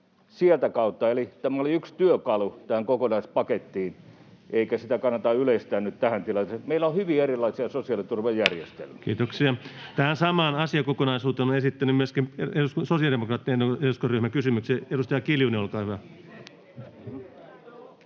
näiden kautta. Eli tämä oli yksi työkalu tähän kokonaispakettiin, eikä sitä kannata yleistää nyt tähän tilanteeseen. Meillä on hyvin erilaisia sosiaaliturvajärjestelmiä. Tähän samaan asiakokonaisuuteen on esittänyt kysymyksen myöskin sosiaalidemokraattien eduskuntaryhmä. — Edustaja Kiljunen, olkaa hyvä.